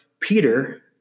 Peter